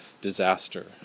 disaster